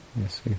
yes